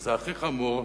וזה הכי חמור,